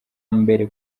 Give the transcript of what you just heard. mbere